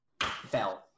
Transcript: Fell